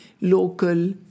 local